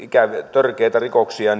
törkeitä rikoksia